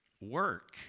work